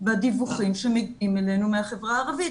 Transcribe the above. בדיווחים שמגיעים אלינו מהחברה הערבית,